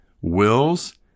wills